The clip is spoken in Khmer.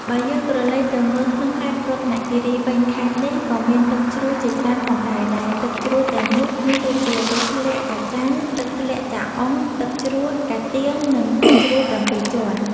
បើយើងក្រឡេកទៅមើលក្នុងខេត្តរតនគិរីវិញ ខេត្តនេះក៏មានទឹកជ្រោះជាច្រើនផងដែរ ដែលទឹកជ្រោះទាំងនោះមានដូចជា ទឹកធ្លាក់កាចាញ ទឹកធ្លាក់ចាអ៊ុង ទឹកជ្រោះកាទៀង និងទឹកជ្រោះ៧ជាន់។